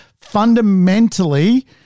fundamentally